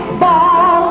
ball